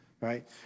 right